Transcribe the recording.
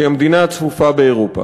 שהיא המדינה הצפופה באירופה,